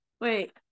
wait